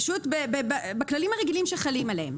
פשוט בכללים הרגילים שחלים עליהם.